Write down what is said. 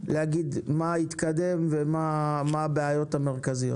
להגיד מה התקדם ומה הבעיות המרכזיות.